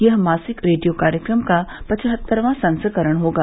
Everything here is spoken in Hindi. यह मासिक रेडियो कार्यक्रम का पचहत्तरवां संस्करण होगा